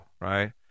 right